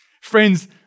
Friends